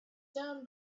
down